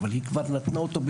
אבל היא נתנה אותו.